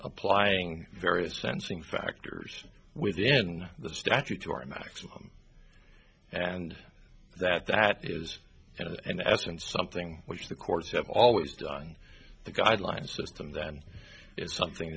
applying various sensing factors within the statutory maximum and that that is it and that's and something which the courts have always done the guideline system that is something